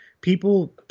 people –